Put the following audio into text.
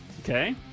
Okay